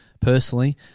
personally